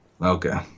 Okay